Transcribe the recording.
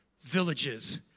villages